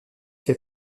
fait